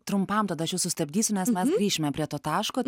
trumpam tada aš jus sustabdysiu nes mes grįšime prie to taško